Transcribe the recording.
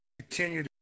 Continue